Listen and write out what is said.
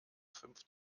fünf